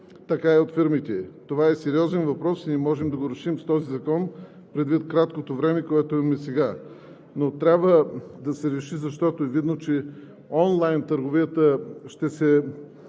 така и от фирмите. Това е сериозен въпрос и не можем да го решим с този закон, предвид краткото време, което имаме сега. Но трябва да се реши, защото е видно, че онлайн търговията ще се